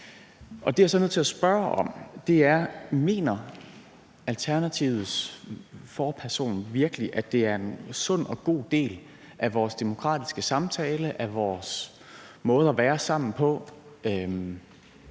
Det, jeg så er nødt til at spørge om, er, om Alternativets forperson virkelig mener, at det er en sund og god del af vores demokratiske samtale og vores måde at være sammen på